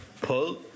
Pull